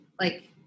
like-